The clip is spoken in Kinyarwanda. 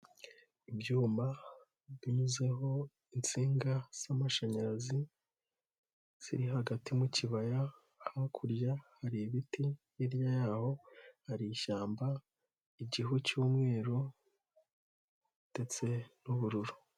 Ibyuma binyuzeho insinga z'amashanyarazi, ziri hagati mu kibaya, hakurya hari ibiti ,hirya yaho hari ishyamba, igihu cy'umweru ndetse n'ubururu.